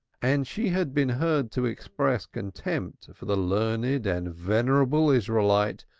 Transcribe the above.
and she had been heard to express contempt for the learned and venerable israelite,